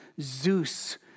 Zeus